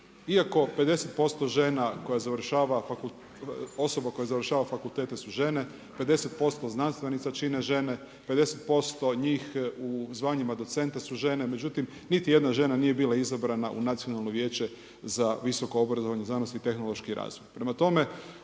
iako 50% osoba koje završava fakultete su žene, 50% znanstvenica čine žene, 50% njih u zvanjima docenta su žene, međutim niti jedna žena nije bila izabrana u Nacionalno vijeće za visoko obrazovanje, znanost i tehnološki razvoj.